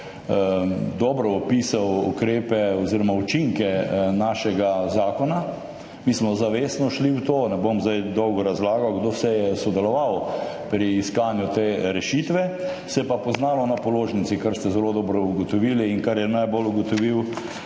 dobro opisal ukrepe oziroma učinke našega zakona. Mi smo šli zavestno v to. Ne bom zdaj na dolgo razlagal, kdo vse je sodeloval pri iskanju te rešitve, se je pa poznalo na položnici, kar ste zelo dobro ugotovili in kar je najbolj ugotovil